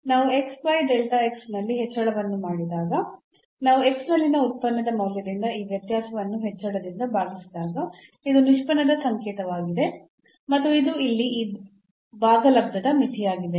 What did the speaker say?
ನಾವು ಬೈ ನಲ್ಲಿ ಹೆಚ್ಚಳವನ್ನು ಮಾಡಿದಾಗ ಮತ್ತು ನಲ್ಲಿನ ಉತ್ಪನ್ನದ ಮೌಲ್ಯದಿಂದ ಈ ವ್ಯತ್ಯಾಸವನ್ನು ಹೆಚ್ಚಳದಿಂದ ಭಾಗಿಸಿದಾಗ ಇದು ನಿಷ್ಪನ್ನದ ಸಂಕೇತವಾಗಿದೆ ಮತ್ತು ಇದು ಇಲ್ಲಿ ಈ ಭಾಗಲಬ್ಧದ ಮಿತಿಯಾಗಿದೆ